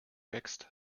wächst